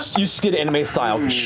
you skid, anime style.